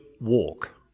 walk